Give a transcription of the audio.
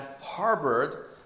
harbored